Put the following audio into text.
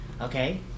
okay